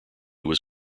was